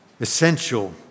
essential